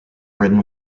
britain